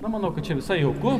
na manau kad čia visai jauku